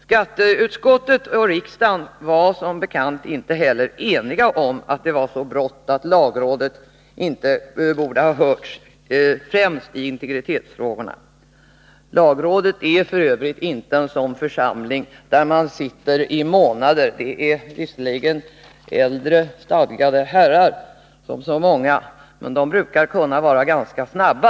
Skatteutskottet och riksdagen var som bekant inte eniga om att det var så bråttom att lagrådet inte borde höras — främst i integritetsfrågorna. Lagrådet är f.ö. inte en församling där man sitter i månader och arbetar med förslagen. Visserligen sitter där äldre stadgade herrar, som i så många andra sammanhang, men de brukar kunna vara ganska snabba.